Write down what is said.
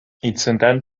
інцидент